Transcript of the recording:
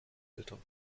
eltern